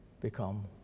become